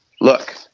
look